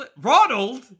Ronald